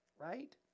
right